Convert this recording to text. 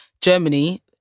Germany